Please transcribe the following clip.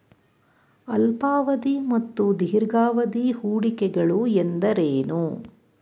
ಅಲ್ಪಾವಧಿ ಮತ್ತು ದೀರ್ಘಾವಧಿ ಹೂಡಿಕೆಗಳು ಎಂದರೇನು?